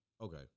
Okay